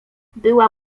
była